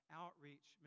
outreach